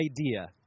idea